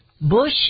Bush